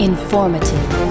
Informative